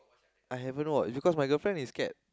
I haven't watch because my girlfriend is scared